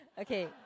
Okay